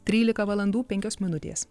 trylika valandų penkios minutės